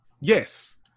Yes